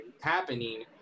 happening